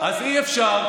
אז אי-אפשר,